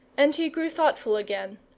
and he grew thoughtful again.